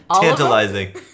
Tantalizing